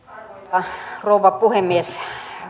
arvoisa rouva puhemies